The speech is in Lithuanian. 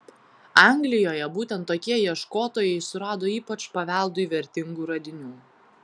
anglijoje būtent tokie ieškotojai surado ypač paveldui vertingų radinių